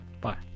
Bye